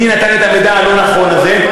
מי נתן את המידע הלא-נכון הזה.